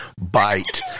bite